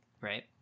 Right